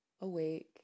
awake